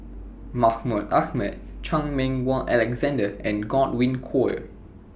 Mahmud Ahmad Chan Meng Wah Alexander and Godwin Koay